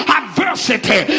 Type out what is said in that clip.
adversity